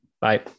Bye